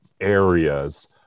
areas